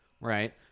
right